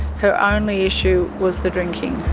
her only issue was the drinking.